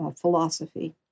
philosophy